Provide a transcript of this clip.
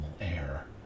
air